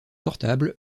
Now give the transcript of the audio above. portable